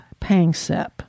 Pangsep